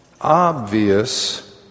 obvious